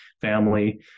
family